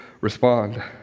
respond